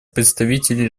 представители